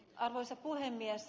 arvoisa puhemies